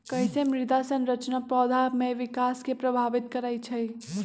कईसे मृदा संरचना पौधा में विकास के प्रभावित करई छई?